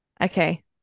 Okay